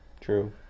True